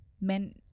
men